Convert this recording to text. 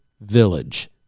village